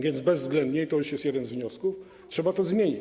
Więc bezwzględnie - i to jest jeden z wniosków - trzeba to zmienić.